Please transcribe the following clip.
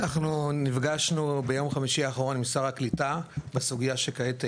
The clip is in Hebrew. אנחנו נפגשנו ביום חמישי האחרון עם שר הקליטה בסוגיה שכעת העלית,